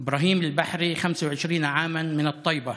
אברהים בחרי, בן 25, טייבה,